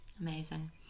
amazing